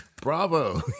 bravo